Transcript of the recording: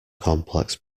complex